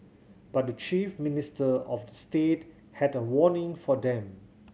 but the chief minister of the state had a warning for them